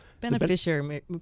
beneficiary